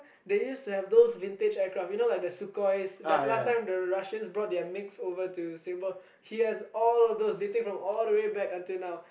they used to have those vintage aircraft you know like the Sukhois the last time the Russians brought their mix over to Singapore he has all of those